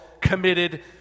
committed